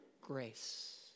grace